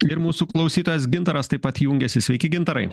ir mūsų klausytojas gintaras taip pat jungiasi sveiki gintarai